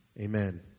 Amen